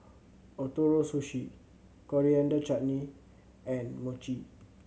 Ootoro Sushi Coriander Chutney and Mochi